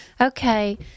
Okay